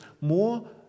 more